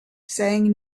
saying